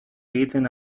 egiten